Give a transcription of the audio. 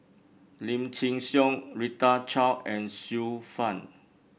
Lim Chin Siong Rita Chao and Xiu Fang